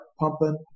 pumping